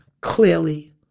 clearly